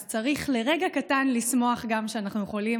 אז צריך לרגע קטן גם לשמוח על שאנחנו יכולים